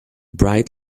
bright